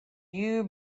you